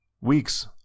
weeks